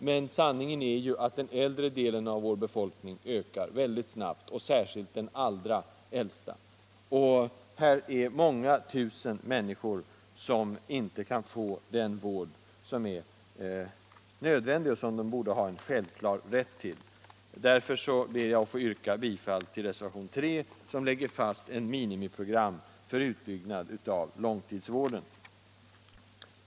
Men sanningen är att den äldre delen av vår befolkning ökar mycket snabbt, särskilt den allra äldsta delen. Det är många tusen människor som inte kan få den vård som är nödvändig och som de borde ha en självklar rätt till. Därför ber jag att få yrka bifall till reservationen 3, som lägger fast ett minimiprogram för utbyggnad av långtidsvården.